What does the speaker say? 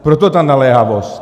Proto ta naléhavost.